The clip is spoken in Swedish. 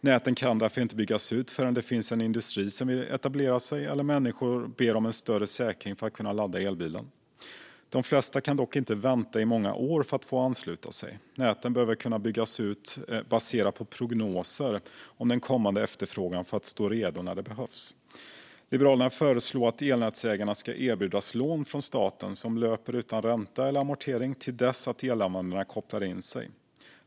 Näten kan därför inte byggas ut förrän det finns en industri som vill etablera sig eller förrän människor ber om en större säkring för att kunna ladda elbilen. De flesta kan dock inte vänta i många år på att få ansluta sig. Näten behöver kunna byggas ut baserat på prognoser om den kommande efterfrågan för att stå redo när det behövs. Liberalerna föreslår att elnätsägarna ska erbjudas lån från staten som löper utan ränta eller amortering till dess att elanvändarna kopplar in sig.